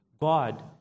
God